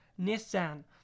Nissan